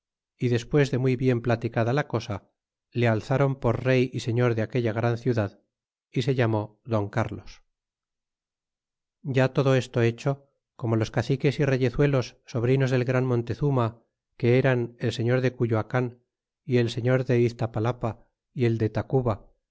y despues de muy bien platicado la cosa le alzaron por rey y señor de aquella gran ciudad y se llamó don carlos ya todo esto hecho como los caciques y reyezuelos sobrinos del gran montezuma que eran el señor de cuyoacan y el señor de iztapalapa y el de tacuba